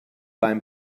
beim